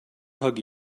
hug